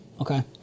Okay